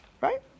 right